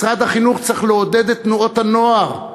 משרד החינוך צריך לעודד את תנועות הנוער,